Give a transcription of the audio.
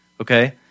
Okay